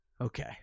Okay